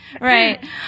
right